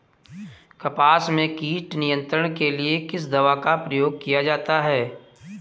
कपास में कीट नियंत्रण के लिए किस दवा का प्रयोग किया जाता है?